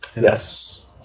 Yes